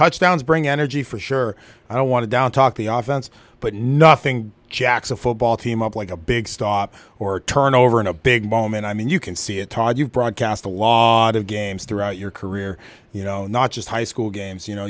touchdowns bring energy for sure i want to down talk the off but nothing jacks a football team up like a big stop or turnover in a big moment i mean you can see it todd you broadcast a lot of games throughout your career you know not just high school games you know